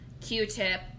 Q-tip